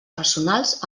personals